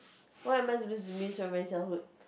what am I supposed to miss from my childhood